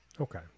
Okay